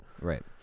Right